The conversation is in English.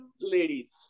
ladies